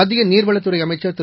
மத்திய நீர்வளத்துறை அமைச்சர் திரு